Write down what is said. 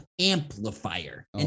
amplifier